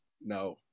No